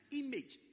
image